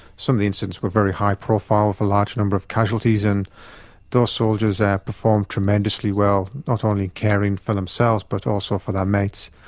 some of the incidents were very high profile, a large number of casualties, and those soldiers ah performed tremendously well, not only caring for themselves but also for their mates.